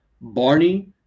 Barney